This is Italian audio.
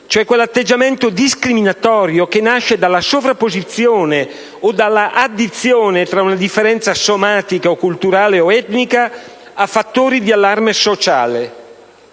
cioè quell'atteggiamento discriminatorio che nasce dalla sovrapposizione o dall'addizione tra una differenza somatica, culturale o etnica a fattori di allarme sociale.